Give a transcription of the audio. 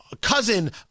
Cousin